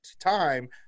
time